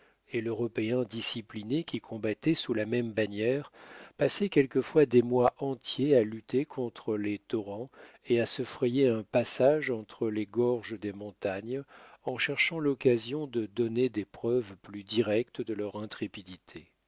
et l'européen discipliné qui combattait sous la même bannière passaient quelquefois des mois entiers à lutter contre les torrents et à se frayer un passage entre les gorges des montagnes en cherchant l'occasion de donner des preuves plus directes de leur intrépidité